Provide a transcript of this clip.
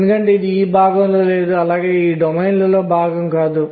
కాబట్టి ఈ n శక్తి స్థాయి అనేక శక్తి స్థాయిలను కలిగి ఉంటుంది